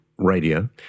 radio